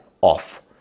off